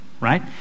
right